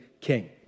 King